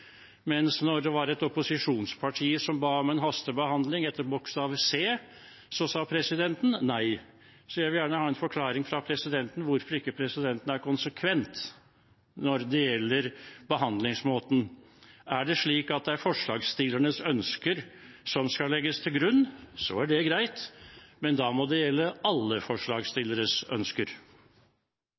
mens da det var et opposisjonsparti som ba om en hastebehandling etter bokstav c, sa presidenten nei. Jeg vil gjerne ha en forklaring fra presidenten på hvorfor ikke presidenten er konsekvent når det gjelder behandlingsmåten. Er det slik at det er forslagsstillernes ønsker som skal legges til grunn, er det greit, men da må det gjelde alle forslagsstilleres ønsker.